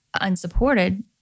unsupported